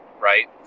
right